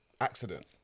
accident